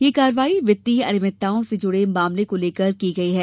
ये कार्यवाही वित्तीय अनियमितताओं से जुड़े मामले को लेकर की गई है